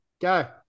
Go